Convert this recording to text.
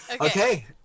Okay